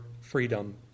freedom